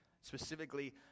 Specifically